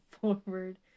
forward